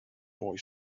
boy